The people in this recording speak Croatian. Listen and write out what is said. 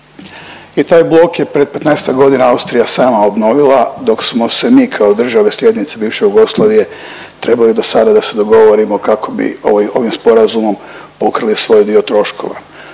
i taj blok je pred 15-tak godina Austrija sama obnovila dok smo se mi kao države slijednice bivše Jugoslavije trebali dosada da se dogovorimo kako bi ovim sporazumom pokrili svoj dio troškova.